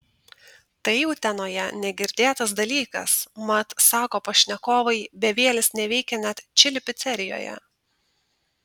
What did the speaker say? tai utenoje negirdėtas dalykas mat sako pašnekovai bevielis neveikia net čili picerijoje